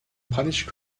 punished